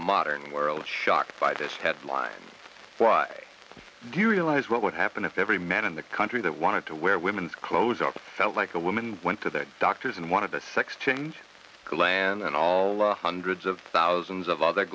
modern world shocked by this headline why do you realize what would happen if every man in the country that wanted to wear women's clothes up felt like a woman went to the doctors and wanted a sex change gland and all the hundreds of thousands of other